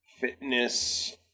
fitness